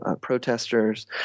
protesters